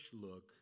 look